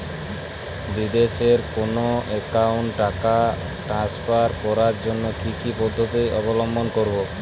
বিদেশের কোনো অ্যাকাউন্টে টাকা ট্রান্সফার করার জন্য কী কী পদ্ধতি অবলম্বন করব?